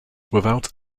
without